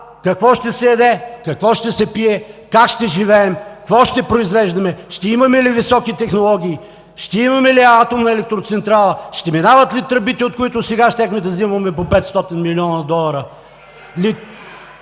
какво ще се яде, какво ще се пие, как ще живеем, какво ще произвеждаме, ще имаме ли високи технологии, ще имаме ли атомна електроцентрала, ще минават ли тръбите, от които сега щяхме да взимаме по 500 млн. долара?